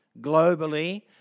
globally